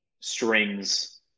strings